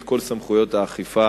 את כל סמכויות האכיפה